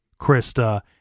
Krista